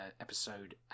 episode